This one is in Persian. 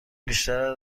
بیشتر